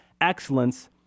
excellence